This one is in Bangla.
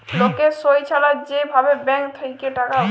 লকের সই ছাড়া যে ভাবে ব্যাঙ্ক থেক্যে টাকা উঠে